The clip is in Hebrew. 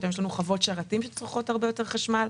פתאום יש לנו חוות שרתים שצורכות הרבה יותר חשמל,